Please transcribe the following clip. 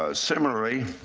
ah similarly,